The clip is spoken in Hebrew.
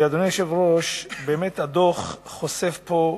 אדוני היושב-ראש, הדוח חושף כמה